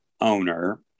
owner